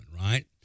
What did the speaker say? right